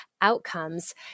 outcomes